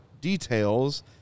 details